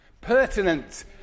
pertinent